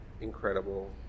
incredible